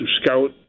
scout